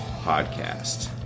podcast